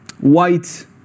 white